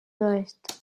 oest